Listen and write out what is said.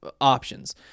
options